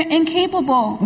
incapable